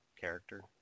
character